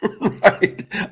Right